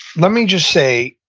let me just say,